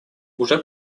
уже